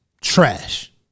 trash